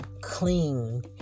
clean